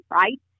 right